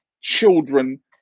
children